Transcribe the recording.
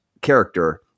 character